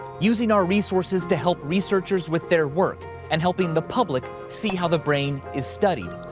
using our resources to help researchers with their work and helping the public see how the brain is studied.